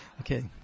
Okay